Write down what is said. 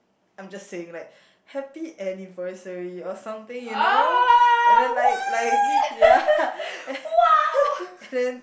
I'm just saying like happy anniversary or something you know and then like like ya and then